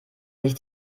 nicht